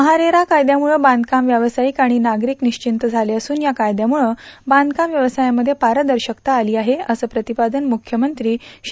महारेरा कायद्यामुळं बांधकाम व्यवसायिक आणि नागरिक निश्चिंत झाले असून या कायद्यामुळं बांधकाम व्यवसायामध्ये पारर्शशकता आती आहे असं प्रतिपादन मुख्यमंत्री श्री